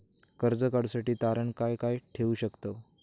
कर्ज काढूसाठी तारण काय काय ठेवू शकतव?